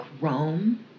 Rome